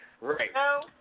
right